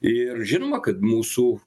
ir žinoma kad mūsų